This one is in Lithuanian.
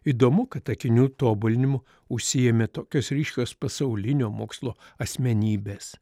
įdomu kad akinių tobulinimu užsiėmė tokios ryškios pasaulinio mokslo asmenybes